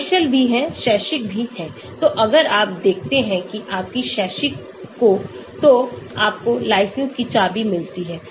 commercial भी है शैक्षिक भी है तो अगर आप दिखाते हैं कि आपकी शैक्षिक कोतो आपको लाइसेंस की चाबी मिलती है